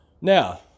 Now